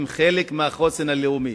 הוא חלק מהחוסן הלאומי.